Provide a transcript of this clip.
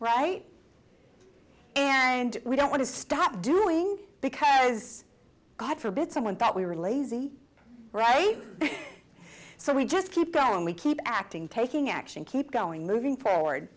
right and we don't want to stop doing it because god forbid someone thought we were lazy right so we just keep going and we keep acting taking action keep going moving forward